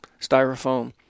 styrofoam